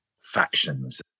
factions